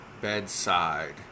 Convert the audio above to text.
bedside